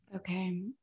Okay